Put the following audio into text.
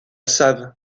save